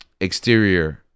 Exterior